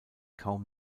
kaum